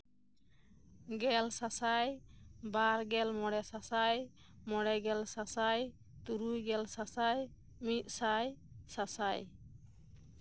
ᱜᱮᱞ ᱥᱟᱥᱟᱭ ᱵᱟᱨᱜᱮᱞ ᱢᱚᱬᱮ ᱥᱟᱥᱟᱭ ᱢᱚᱬᱮ ᱜᱮᱞ ᱥᱟᱥᱟᱭ ᱛᱩᱨᱩᱭ ᱜᱮᱞ ᱥᱟᱥᱟᱭ ᱢᱤᱫ ᱥᱟᱭ ᱥᱟᱥᱟᱭ